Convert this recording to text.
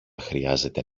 χρειάζεται